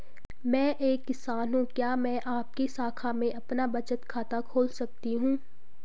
मैं एक किसान हूँ क्या मैं आपकी शाखा में अपना बचत खाता खोल सकती हूँ?